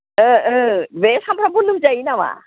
बे सामफ्रामबो लोमजायो नामा